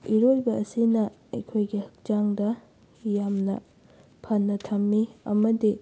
ꯏꯔꯣꯏꯕ ꯑꯁꯤꯅ ꯑꯩꯈꯣꯏꯒꯤ ꯍꯛꯆꯥꯡꯗ ꯌꯥꯝꯅ ꯐꯅ ꯊꯝꯃꯤ ꯑꯃꯗꯤ